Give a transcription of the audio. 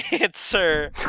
answer